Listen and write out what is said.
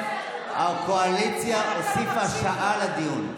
הקואליציה הוסיפה שעה לדיון.